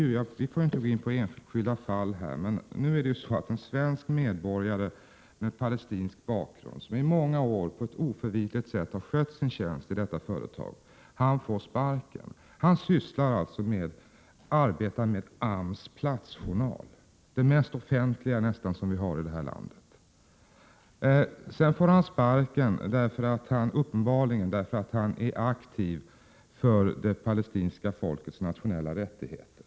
Men jag vill ändå säga att anledningen till min fråga är att en svensk medborgare med palestinsk bakgrund som i många år på ett oförvitligt sätt skött sin tjänst i företaget får sparken. Han arbetade med AMS platsjournal — den nästan mest offentliga publikation som finns i detta land. Han fick sparken uppenbarligen därför att han är aktiv för Det palestinska folkets nationella rättigheter.